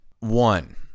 One